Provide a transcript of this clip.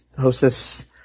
hostess